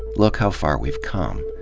look how far we've come.